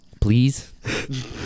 please